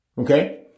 Okay